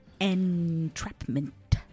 entrapment